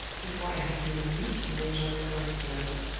before i have been a week in major milroy's service!